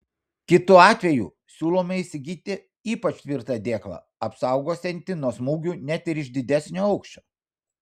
kitu atveju siūlome įsigyti ypač tvirtą dėklą apsaugosiantį nuo smūgių net ir iš didesnio aukščio